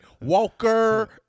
walker